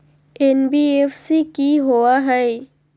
NBFC कि होअ हई?